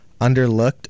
underlooked